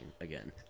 again